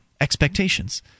expectations